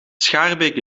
schaarbeek